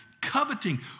coveting